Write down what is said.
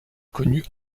connu